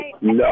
No